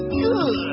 good